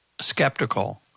skeptical